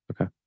Okay